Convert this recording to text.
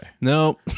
No